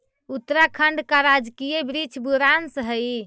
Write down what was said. उत्तराखंड का राजकीय वृक्ष बुरांश हई